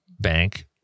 bank